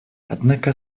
однако